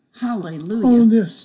Hallelujah